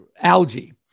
algae